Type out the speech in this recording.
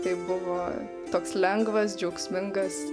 tai buvo toks lengvas džiaugsmingas